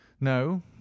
no